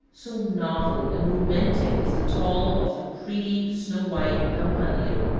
so novel, and romantic is the toll of the pretty, snow-white campanero.